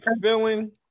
feeling